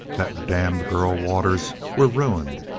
that damned girl waters, we're ruined.